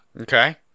okay